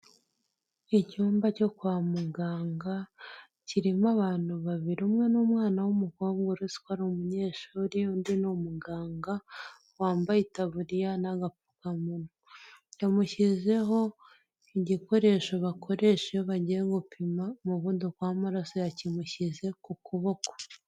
Icyumba cyo kwa muganga kirimo abantu babiri, umwe n'umwana w'umukobwa ruswa ko ari umunyeshuri undi ni umuganga wambaye itaburiya n'agapfukamunwa. Yamushyizeho igikoresho bakoresha iyo bagiye gupima umuvunduko w'amaraso akimushyize ku kuboko.